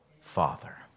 father